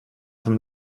from